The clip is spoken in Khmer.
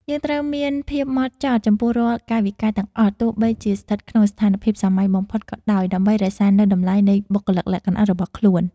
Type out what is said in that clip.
យើងត្រូវមានភាពហ្មត់ចត់ចំពោះរាល់កាយវិការទាំងអស់ទោះបីជាស្ថិតក្នុងស្ថានភាពសាមញ្ញបំផុតក៏ដោយ ដើម្បី រក្សានូវតម្លៃនៃបុគ្គលិកលក្ខណៈរបស់ខ្លួន។